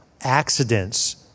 accidents